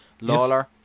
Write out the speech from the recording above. Lawler